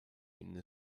inny